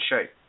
shape